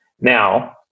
Now